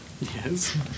Yes